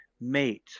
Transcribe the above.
Mate